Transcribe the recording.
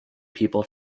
people